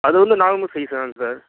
அது வந்து normal size தான் சார்